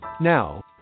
Now